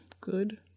good